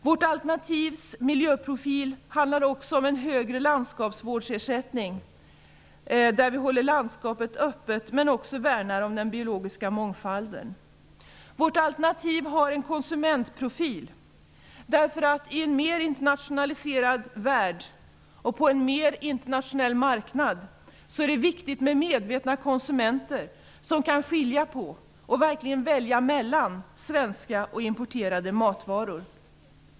Vår alternativa miljöprofil gäller också högre landskapsvårdsersättning. Vi vill hålla landskapet öppet och samtidigt värna om den biologiska mångfalden. Vårt alternativ har en konsumentprofil. I en mer internationaliserad värld och på en mer internationell marknad är det viktigt med medvetna konsumenter som kan skilja på och verkligen välja mellan svenska och importerade matvaror.